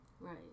Right